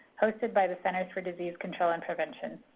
hosted by the centers for disease control and prevention.